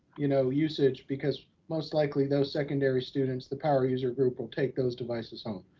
you know, usage because most likely, those secondary students, the power user group will take those devices home.